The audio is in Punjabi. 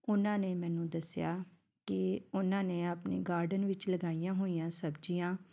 ਉਨਾਂ ਨੇ ਮੈਨੂੰ ਦੱਸਿਆ ਕਿ ਉਹਨਾਂ ਨੇ ਆਪਣੇ ਗਾਰਡਨ ਵਿੱਚ ਲਗਾਈਆਂ ਹੋਈਆਂ ਸਬਜ਼ੀਆਂ